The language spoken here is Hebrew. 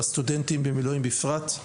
והסטודנטים במילואים בפרט.